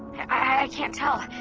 i can't tell.